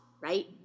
right